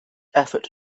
effort